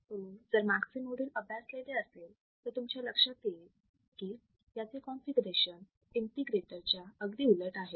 तुम्ही जर मागचे मॉड्यूल अभ्यासलेले असेल तर तुमच्या लक्षात येईल की याचे कॉन्फिगरेशन इंटिग्रेटरच्या अगदी उलट आहे